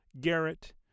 Garrett